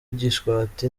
gishwati